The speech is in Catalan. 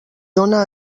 dóna